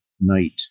night